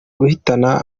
guhitana